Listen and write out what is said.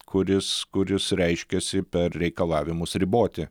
kuris kuris reiškiasi per reikalavimus riboti